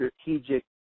strategic